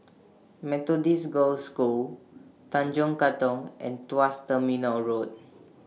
Methodist Girls' School Tanjong Katong and Tuas Terminal Road